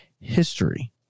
history